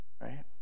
Right